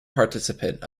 participant